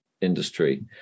industry